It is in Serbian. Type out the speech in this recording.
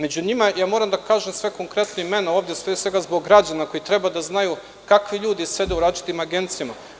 Među njima, moram da kažem sve konkretno, imena stoje ovde sva zbog građana koji treba da znaju kakvi ljudi sede u različitim agencijama.